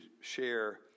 share